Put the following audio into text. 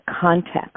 context